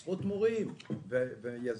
הארחת עשרות מורים ויזמים,